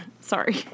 sorry